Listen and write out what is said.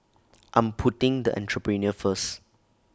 I'm putting the Entrepreneur First